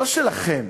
לא שלכם,